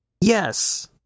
Yes